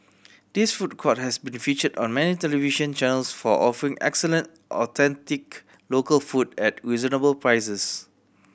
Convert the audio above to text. this food court has been featured on many television channels for offering excellent authentic local food at reasonable prices